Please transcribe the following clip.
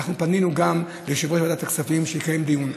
אנחנו פנינו גם ליושב-ראש ועדת הכספים שיקיים דיון,